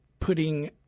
putting